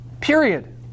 period